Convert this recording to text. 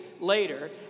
later